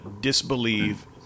disbelieve